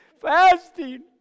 Fasting